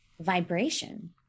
vibration